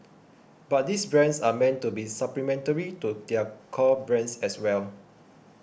but these brands are meant to be supplementary to their core brands as well